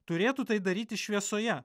turėtų tai daryti šviesoje